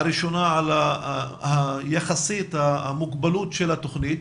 הראשונה, יחסית על המוגבלות של התוכנית,